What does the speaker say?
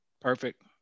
perfect